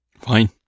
Fine